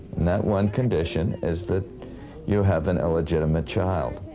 that one condition is that you have an illegitimate child.